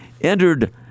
entered